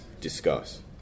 Discuss